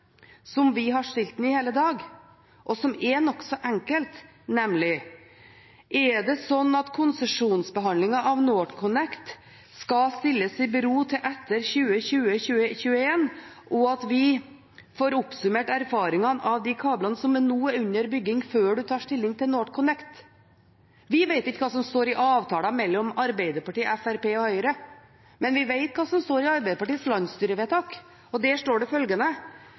som vi har stilt ham i hele dag, og som er nokså enkelt, nemlig: Er det slik at konsesjonsbehandlingen av NorthConnect skal stilles i bero til etter 2020–2021, og at vi får oppsummert erfaringene med de kablene som nå er under bygging, før man tar stilling til NorthConnect? Vi vet ikke hva som står i avtalen mellom Arbeiderpartiet, Fremskrittspartiet og Høyre, men vi vet hva som står i Arbeiderpartiets landsstyrevedtak. Der står det følgende: